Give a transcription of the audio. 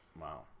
Wow